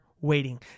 waiting